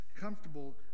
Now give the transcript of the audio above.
comfortable